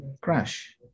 crash